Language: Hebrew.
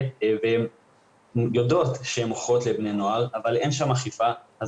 והן יודעות שהן מוכרות לבני נוער אבל אין שם אכיפה,